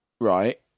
right